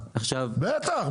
בטח,